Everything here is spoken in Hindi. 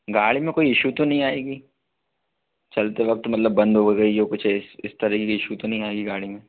गाड़ी में कोई इशू तो नहीं आएगी चलते वक़्त मतलब बंद हो गई हो कुछ इस इस तरीक़े से इशू तो नहीं आएगी गाड़ी में